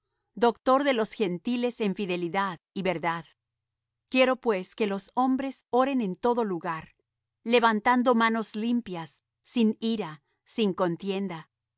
doctor de los gentiles en fidelidad y verdad quiero pues que los hombres oren en todo lugar levantando manos limpias sin ira ni contienda